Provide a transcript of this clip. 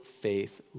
faith